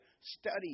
Study